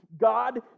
God